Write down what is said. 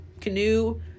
canoe